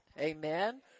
Amen